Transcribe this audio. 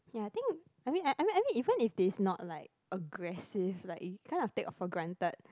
ya I think I mean I mean I mean even if it's not like aggressive like it kind of take for granted